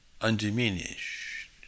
undiminished